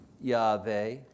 Yahweh